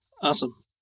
Awesome